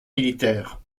militaires